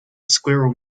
squirrel